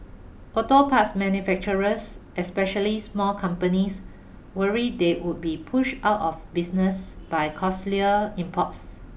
auto parts manufacturers especially small companies worry they would be pushed out of business by costlier imports